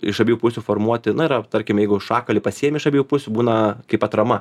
iš abiejų pusių formuoti na yra tarkim jeigu šakalį pasiėmi iš abiejų pusių būna kaip atrama